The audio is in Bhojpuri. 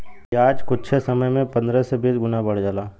बियाज कुच्छे समय मे पन्द्रह से बीस गुना बढ़ जाला